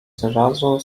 zrazu